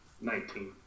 Nineteen